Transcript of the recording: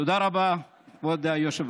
תודה רבה, כבוד היושב-ראש.